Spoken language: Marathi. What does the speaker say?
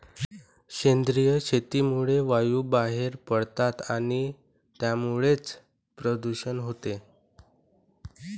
सेंद्रिय शेतीमुळे वायू बाहेर पडतात आणि त्यामुळेच प्रदूषण होते